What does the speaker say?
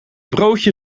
broodje